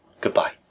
goodbye